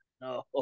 No